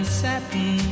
satin